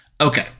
Okay